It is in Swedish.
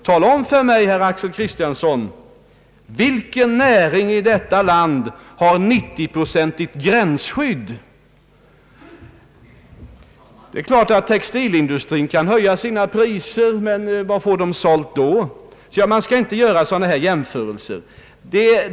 Tala om för mig, herr Axel Kristiansson, vilken näring i detta land som har 90-procentigt gränsskydd! Det är klart att textilindustrin kan höja sina priser, men vad får den då sälja? Man skall inte göra sådana här jämförelser.